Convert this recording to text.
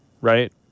right